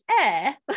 air